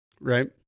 Right